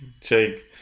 Jake